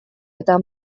eta